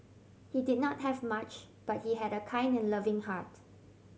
he did not have much but he had a kind and loving heart